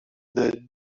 that